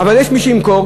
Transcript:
אבל יש מי שימכור,